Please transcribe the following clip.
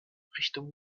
richtung